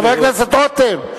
חבר הכנסת רותם,